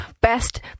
Best